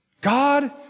God